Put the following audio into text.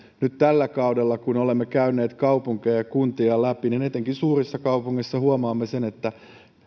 nyt tällä kaudella kun olemme käyneet kaupunkeja ja kuntia läpi etenkin suurissa kaupungeissa huomaamme sen että